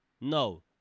No